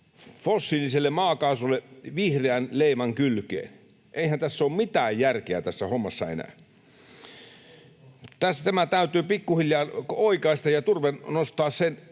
fossiiliselle maakaasulle vihreän leiman kylkeen. Eihän tässä hommassa ole mitään järkeä enää. [Raimo Piirainen: Ei ole!] Tämä täytyy pikkuhiljaa oikaista ja turve nostaa siihen